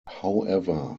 however